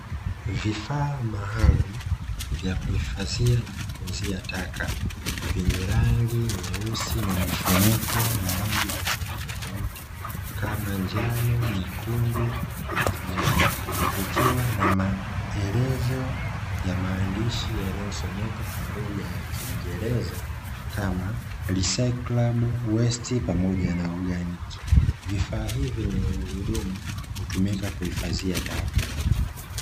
Vifaa maalum vya kuhifadhia na kutunzia taka venye rangi nyeusi na mifuniko ya rangi tofauti tofauti kama njano nyekundu na kijani vikiwa na maelezo ya maandishi yanayosomeka kwa lugha ya kiingereza kama recyclamo west pamoja na uganiki vifaa hivi vyenye magurudumu hutumika kuhifadhia taka